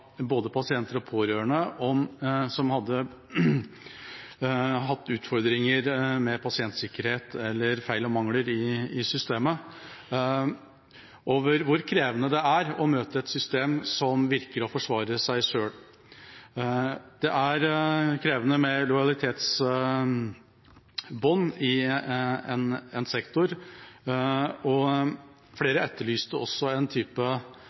både pasienter og pårørende som hadde hatt utfordringer med pasientsikkerhet eller feil og mangler i systemet, og om hvor krevende det er å møte et system som virker å forsvare seg selv. Det er krevende med lojalitetsbånd i en sektor. Flere etterlyste også en type